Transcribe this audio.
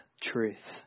truth